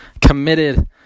committed